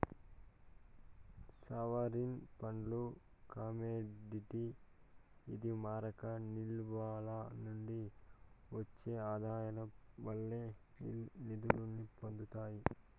sovereign ఫండ్లు commodity ఇది మారక నిల్వల నుండి ఒచ్చే ఆదాయాల వల్లే నిదుల్ని పొందతాయి